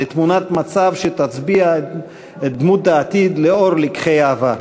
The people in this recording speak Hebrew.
לתמונת מצב שתצביע על דמות העתיד לאור לקחי העבר.